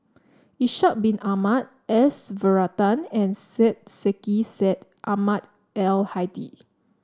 Ishak Bin Ahmad S Varathan and Syed Sheikh Syed Ahmad Al Hadi